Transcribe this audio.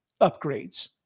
upgrades